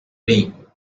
bring